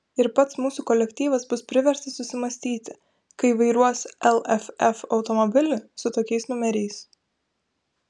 ir pats mūsų kolektyvas bus priverstas susimąstyti kai vairuos lff automobilį su tokiais numeriais